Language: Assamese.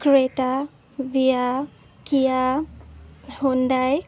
Creta Kiya Hyundai